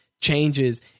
changes